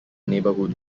neighbourhood